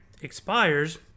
expires